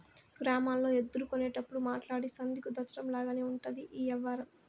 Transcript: గ్రామాల్లో ఎద్దులు కొనేటప్పుడు మాట్లాడి సంధి కుదర్చడం లాగానే ఉంటది ఈ యవ్వారం